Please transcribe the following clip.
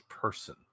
person